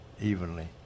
evenly